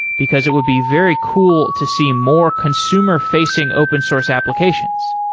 because it would be very cool to see more consumer-facing open source applications.